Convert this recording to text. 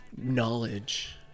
knowledge